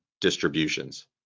distributions